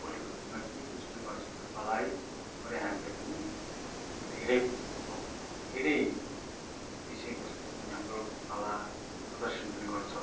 भोलीको दिनमा केही कुछ पनि गर्नु सक्छ कलैबाट हामीले पनि धेरै थोक धेरै विषय वस्तुमा पनि हाम्रो कला प्रदर्शन पनि गर्न सक्नु